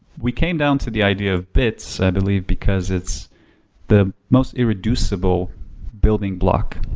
we came down to the idea of bits i believe because it's the most irreducible building block.